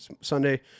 Sunday